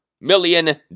million